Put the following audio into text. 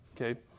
Okay